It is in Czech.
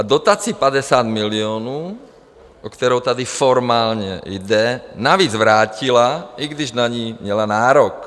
Dotaci 50 milionů, o kterou tady formálně jde, navíc vrátila, i když na ni měla nárok.